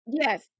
Yes